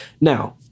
Now